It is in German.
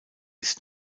ist